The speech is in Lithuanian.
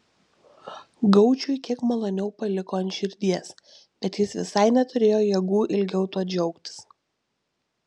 gaučiui kiek maloniau paliko ant širdies bet jis visai neturėjo jėgų ilgiau tuo džiaugtis